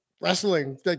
wrestling